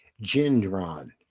Gendron